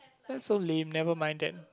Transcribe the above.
that's so lame never mind then